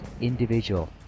individual